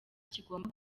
kigomba